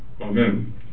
Amen